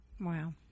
Wow